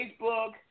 Facebook